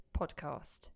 Podcast